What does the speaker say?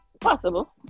Possible